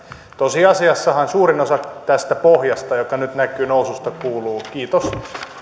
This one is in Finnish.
tosiasiassahan tästä pohjalta noususta joka nyt näkyy kuuluu kiitos